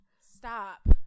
Stop